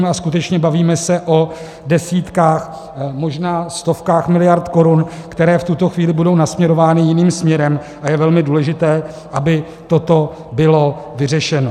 A skutečně bavíme se o desítkách, možná stovkách miliard korun, které v tuto chvíli budou nasměrovány jiným směrem, a je velmi důležité, aby toto bylo vyřešeno.